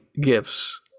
gifts